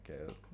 Okay